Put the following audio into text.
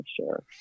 sure